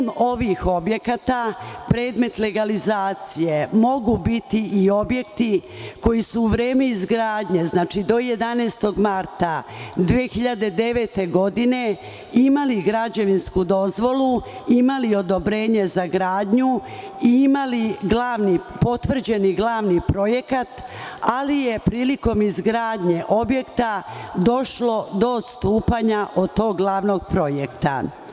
Sem ovih objekata predmet legalizacije mogu biti i objekti koji su u vreme izgradnje, znači, do 11. marta 2009. godine imali građevinsku dozvolu, imali odobrenje za gradnju i imali potvrđeni glavni projekat, ali je prilikom izgradnje objekta došlo do odstupanja od tog glavnog projekta.